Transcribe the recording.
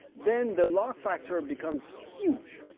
then the log factor becomes huge.